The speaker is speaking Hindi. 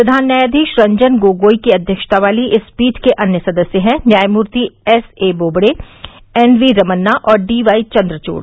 प्रधान न्यायाधीश रंजन गोगोई की अध्यक्षता वाली इस पीठ के अन्य सदस्य हैं न्यायमूर्ति एसए बोबडे एनवी रमन्ना और डीवाई चंद्रचूड़